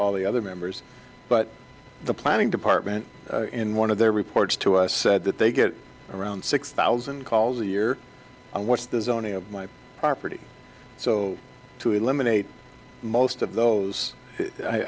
all the other members but the planning department in one of their reports to us said that they get around six thousand calls a year on what's the zoning of my property so to eliminate most of those